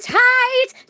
tight